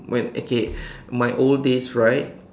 when okay my old days right